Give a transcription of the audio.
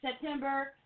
September